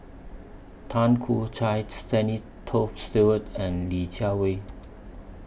Tan Choo Kai Stanley Toft Stewart and Li Jiawei